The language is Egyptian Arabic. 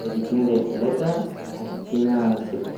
زائد أتنين زائد تلاتة هتدينا ستة.